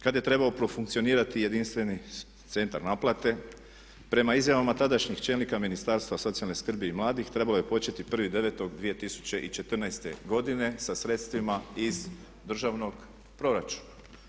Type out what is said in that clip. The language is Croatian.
Kad je trebao profunkcionirati jedinstveni centar naplate prema izjavama tadašnjih čelnika Ministarstva socijalne skrbi i mladih trebalo je početi 1.9.2014.godine sa sredstvima iz državnog proračuna.